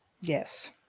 Yes